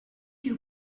you